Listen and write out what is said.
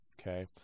Okay